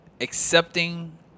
accepting